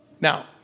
Now